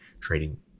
trading